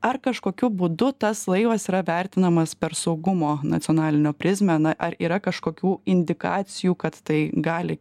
ar kažkokiu būdu tas laivas yra vertinamas per saugumo nacionalinio prizmę na ar yra kažkokių indikacijų kad tai gali